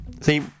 See